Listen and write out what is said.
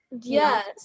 Yes